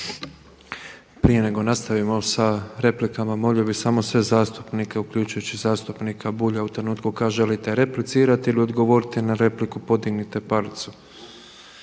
Prije nego nastavimo sa replikama molimo bih samo sve zastupnike uključujući i zastupnika Bulja u trenutku kada želite replicirati ili odgovoriti na repliku podignite palicu.